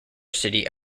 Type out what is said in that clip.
city